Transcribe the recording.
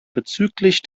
bezüglich